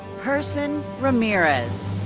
herson ramirez.